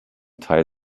teil